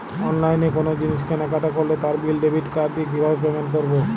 অনলাইনে কোনো জিনিস কেনাকাটা করলে তার বিল ডেবিট কার্ড দিয়ে কিভাবে পেমেন্ট করবো?